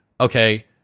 okay